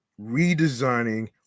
redesigning